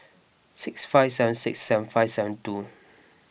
six five seven six seven five seven two